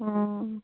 हूँ